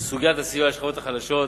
סוגיית הסיוע לשכבות החלשות,